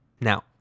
Now